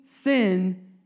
sin